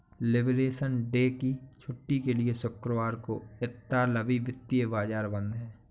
liberation day की छुट्टी के लिए शुक्रवार को इतालवी वित्तीय बाजार बंद हैं